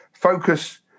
focus